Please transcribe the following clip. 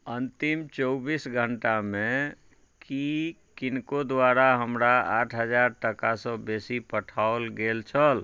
अन्तिम चौबीस घण्टामे की किनको द्वारा हमरा आठ हजार टाकासँ बेसी पठाओल गेल छल